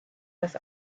das